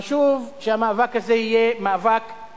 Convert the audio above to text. חשוב שהמאבק הזה יהיה כלל-אזרחי,